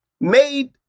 made